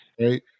right